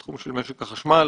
תחום של משק החשמל,